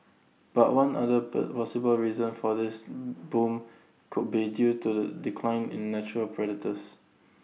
but one other bur possible reason for this boom could be due to the decline in natural predators